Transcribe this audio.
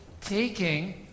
taking